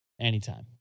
anytime